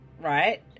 right